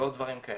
ועוד דברים כאלה.